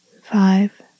five